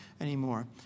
anymore